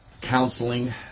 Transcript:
counseling